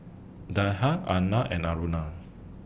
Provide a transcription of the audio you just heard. Arnab and Aruna